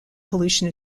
pollution